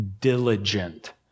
diligent